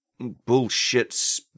bullshit